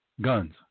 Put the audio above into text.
guns